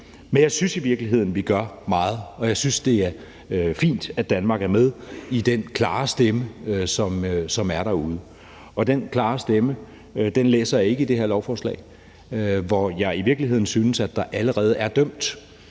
Men jeg synes i virkeligheden, at vi gør meget, og jeg synes, det er fint, at Danmark er med i den klare stemme, som er derude. Den klare stemme læser jeg ikke i det her forslag, hvor jeg i virkeligheden synes, at der allerede er dømt,